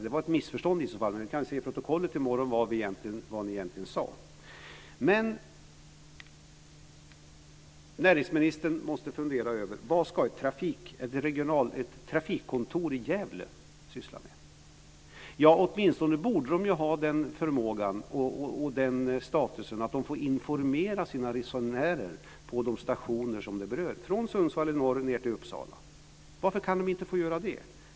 Det var ett missförstånd i så fall, men vi kan se i protokollet i morgon vad som egentligen sades. Näringsministern måste fundera över vad ett trafikkontor i Gävle ska syssla med. Åtminstone borde de ha den förmågan och den statusen att de får informera sina resenärer på de stationer som berörs, från Sundsvall i norr ned till Uppsala. Varför kan de inte få göra det?